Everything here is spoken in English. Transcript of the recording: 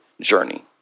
journey